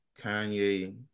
Kanye